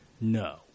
no